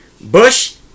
Bush